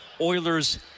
Oilers